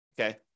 Okay